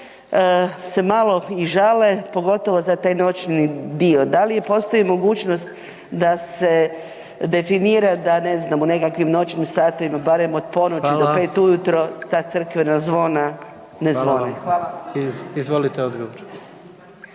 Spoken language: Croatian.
se malo i žale pogotovo za taj noćni dio. Da li postoji mogućnost da se definira da ne znam u nekakvim noćnim satima barem od ponoći do 5 ujutro …/Upadica: Hvala./… ta crkvena zvona ne zvone. **Jandroković, Gordan